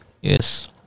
yes